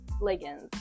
leggings